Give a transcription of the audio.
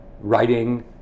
writing